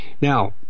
Now